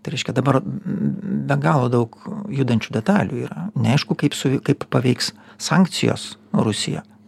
tai reiškia dabar be galo daug judančių detalių yra neaišku kaip kaip paveiks sankcijos rusiją